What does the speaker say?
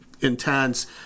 intense